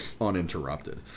uninterrupted